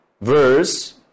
verse